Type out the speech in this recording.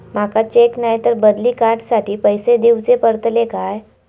माका चेक नाय तर बदली कार्ड साठी पैसे दीवचे पडतले काय?